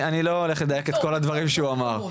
אני לא הולך לדייק את כל הדברים שהוא אמר,